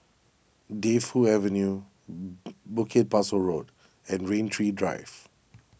Defu Avenue Bukit Pasoh Road and Rain Tree Drive